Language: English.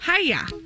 Hiya